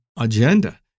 agenda